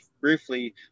briefly